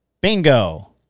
Bingo